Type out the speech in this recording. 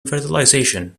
fertilization